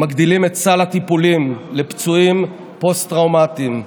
מגדילים את סל הטיפולים לפצועים פוסט-טראומטיים,